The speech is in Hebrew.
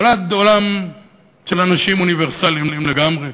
נולד עולם של אנשים אוניברסליים לגמרי,